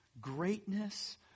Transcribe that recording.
greatness